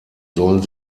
sollen